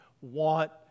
Want